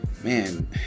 Man